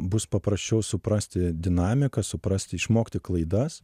bus paprasčiau suprasti dinamiką suprasti išmokti klaidas